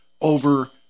over